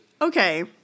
Okay